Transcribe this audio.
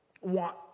want